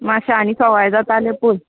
माश्शें आनी सवाय जाता आल्या पय